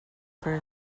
for